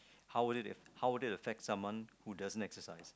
how would if how would it affect someone who doesn't exercise